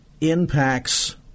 impacts